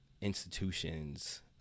institutions